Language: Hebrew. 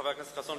חבר הכנסת חסון,